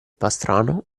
pastrano